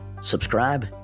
subscribe